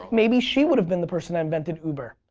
maybe she would have been the person that invented uber.